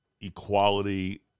equality